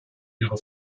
ihre